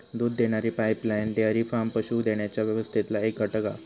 दूध देणारी pipeline dairy farm पशू देण्याच्या व्यवस्थेतला एक घटक हा